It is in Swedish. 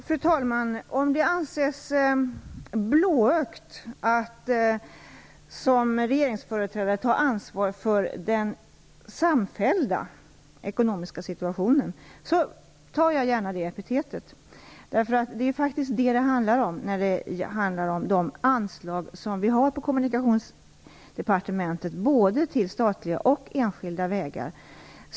Fru talman! Om det anses blåögt att som regeringsföreträdare ta ansvar för den samfällda ekonomiska situationen accepterar jag gärna det epitetet. Det är faktiskt det som det handlar om när det gäller det anslag som Kommunikationsdepartementet har både till statliga och till enskilda vägar.